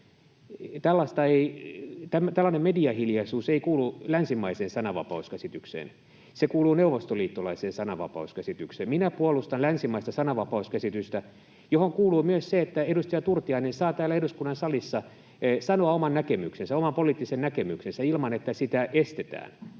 Tällainen mediahiljaisuus ei kuulu länsimaiseen sananvapauskäsitykseen. Se kuuluu neuvostoliittolaiseen sananvapauskäsitykseen. Minä puolustan länsimaista sananvapauskäsitystä, johon kuuluu myös se, että edustaja Turtiainen saa täällä eduskunnan salissa sanoa oman poliittisen näkemyksensä ilman, että sitä estetään.